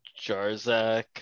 Jarzak